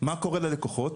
מה קורה ללקוחות?